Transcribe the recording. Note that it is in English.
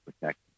protect